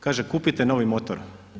Kaže, kupite novi motor.